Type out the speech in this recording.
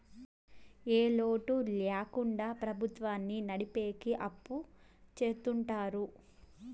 ఏ లోటు ల్యాకుండా ప్రభుత్వాన్ని నడిపెకి అప్పు చెత్తుంటారు